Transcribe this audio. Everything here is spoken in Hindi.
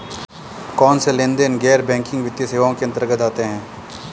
कौनसे लेनदेन गैर बैंकिंग वित्तीय सेवाओं के अंतर्गत आते हैं?